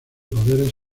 poderes